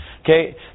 Okay